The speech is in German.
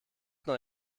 neu